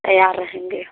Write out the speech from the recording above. तैयार रहेंगे